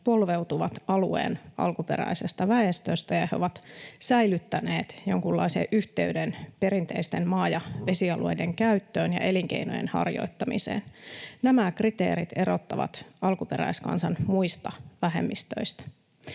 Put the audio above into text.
polveutuvat alueen alkuperäisestä väestöstä ja ovat säilyttäneet jonkunlaisen yhteyden perinteisten maa- ja vesialueiden käyttöön ja elinkeinojen harjoittamiseen. Nämä kriteerit erottavat alkuperäiskansan muista vähemmistöistä.